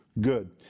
good